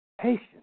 Patience